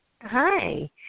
hi